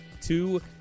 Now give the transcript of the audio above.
two-